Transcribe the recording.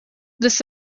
this